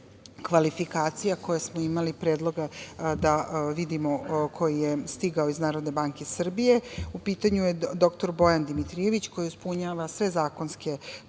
kvalifikacije koje smo imali, predloga da vidimo, koji je stigao iz Narodne banke Srbije, u pitanju je dr Bojan Dimitrijević koji ispunjava sve zakonske propise